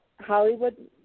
Hollywood